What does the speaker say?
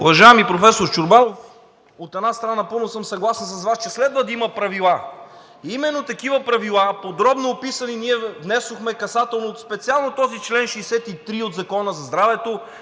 Уважаеми професор Чорбанов, от една страна, напълно съм съгласен с Вас, че следва да има правила. Именно такива правила, подробно описани, ние внесохме касателно специално за този чл. 63 от Закона за здравето,